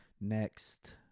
next